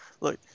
look